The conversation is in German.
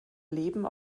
leben